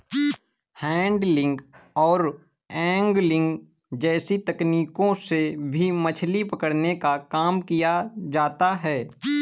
handling और angling जैसी तकनीकों से भी मछली पकड़ने का काम किया जाता है